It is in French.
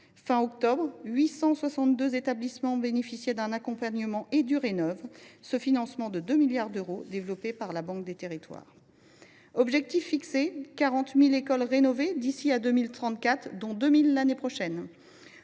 d’octobre, 862 établissements bénéficiaient d’un accompagnement ÉduRénov, ce financement de 2 milliards d’euros développé par la Banque des territoires. Objectif fixé : 40 000 écoles rénovées d’ici à 2034, dont 2 000 l’année prochaine.